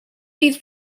these